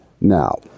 Now